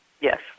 Yes